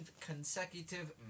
consecutive